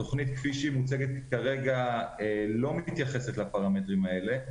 התכנית כפי שהיא מוצגת כרגע לא מתייחסת לפרמטרים האלה,